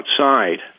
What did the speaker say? outside